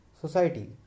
society